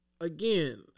again